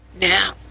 now